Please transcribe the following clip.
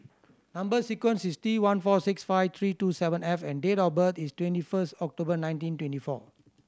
number sequence is T one four six five three two seven F and date of birth is twenty first October nineteen twenty four